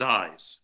eyes